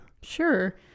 Sure